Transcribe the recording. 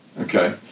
okay